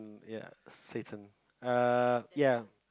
ya satan err ya